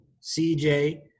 CJ